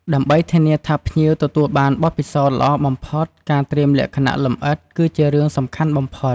ដើម្បីធានាថាភ្ញៀវទទួលបានបទពិសោធន៍ល្អបំផុត ការត្រៀមលក្ខណៈលម្អិតគឺជារឿងសំខាន់បំផុត។